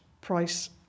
price